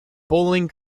bowling